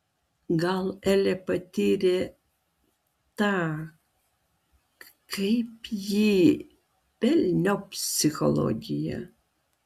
gal elė patyrė tą kaip jį velniop psichologiją